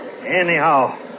Anyhow